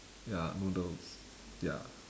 ya noodles ya